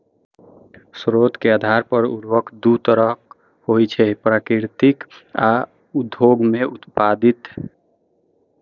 स्रोत के आधार पर उर्वरक दू तरहक होइ छै, प्राकृतिक आ उद्योग मे उत्पादित